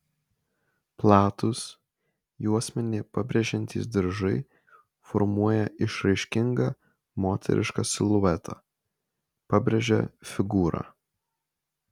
platūs juosmenį pabrėžiantys diržai formuoja išraiškingą moterišką siluetą pabrėžia figūrą